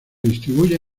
distribuye